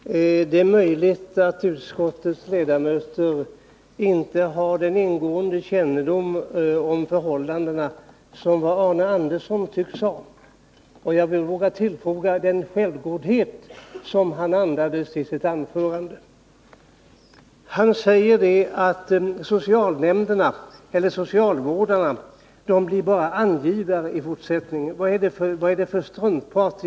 Fru talman! Det är möjligt att utskottets ledamöter inte har den ingående kännedom om förhållandena som Arne Andersson i Gustafs tycks ha — och jag vågar tillfoga den självgodhet som hans anförande andades. Han sade att socialvårdarna i fortsättningen bara blir angivare. Vad är det för struntprat?